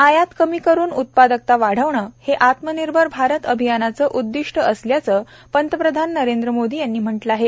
आयात कमी करून उत्पादकता वाढवणं हे आत्मनिर्भर भारत अभियानाचं उद्दीष्ट असल्याचं पंतप्रधान नरेंद्र मोदी यांनी म्हटलं आहे